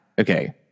okay